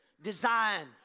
design